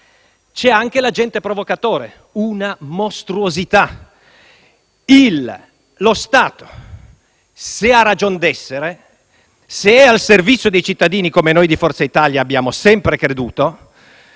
anche l'agente provocatore: una mostruosità. Lo Stato, se ha ragion d'essere, se è al servizio dei cittadini - come noi di Forza Italia abbiamo sempre creduto